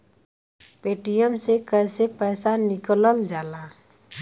Paytm से कैसे पैसा निकलल जाला?